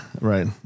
right